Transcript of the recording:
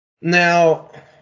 Now